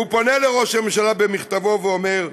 והוא פונה לראש הממשלה במכתבו ואומר: